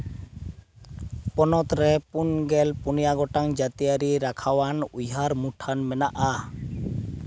ᱯᱚᱱᱚᱛ ᱨᱮ ᱯᱩᱱ ᱜᱮᱞ ᱯᱩᱱᱭᱟᱹ ᱜᱚᱴᱟᱝ ᱡᱟᱹᱛᱤᱭᱟᱹᱨᱤ ᱨᱟᱠᱷᱟᱣᱟᱱ ᱩᱭᱦᱟᱹᱨ ᱢᱩᱴᱷᱟᱹᱱ ᱢᱮᱱᱟᱜᱼᱟ